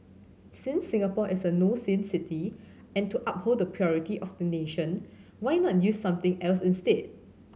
since Singapore is a no sin city and to uphold the purity of the nation why not use something else instead